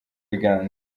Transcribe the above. biganza